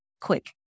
quick